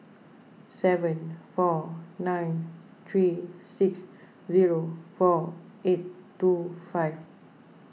seven four nine three six zero four eight two five